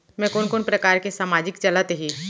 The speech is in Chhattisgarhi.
मैं कोन कोन प्रकार के सामाजिक चलत हे?